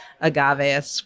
agave